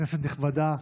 כנסת נכבדה,